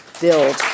build